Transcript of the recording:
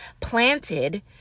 planted